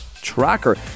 tracker